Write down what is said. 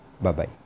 Bye-bye